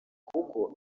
kuko